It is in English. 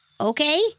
okay